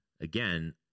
again